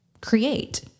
create